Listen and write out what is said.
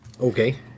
Okay